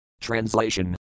Translation